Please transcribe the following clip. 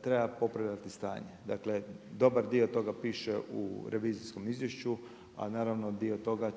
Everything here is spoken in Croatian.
treba popravljati stanje. Dakle dobar dio toga piše u revizorskom izvješću, a naravno dio toga